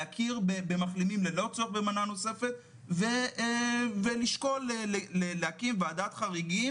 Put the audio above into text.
להכיר במחלימים ללא צורך במנה נוספת ולהקים ועדת חריגים